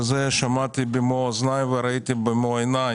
ואת זה שמעתי במו אוזניי וראיתי במו עיני,